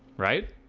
right